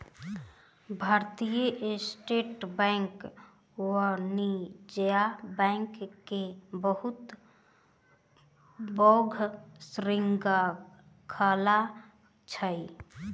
भारतीय State Bank वाणिज्य bank के बहुत पैघ श्रृंखला अछि